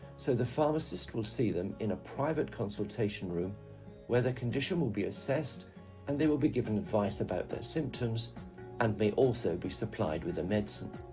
so the pharmacist will see them in a private consultation room where their condition will be assessed and they will be given advice about their symptoms and may also be supplied with a medicine.